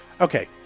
Okay